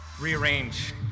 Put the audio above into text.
rearrange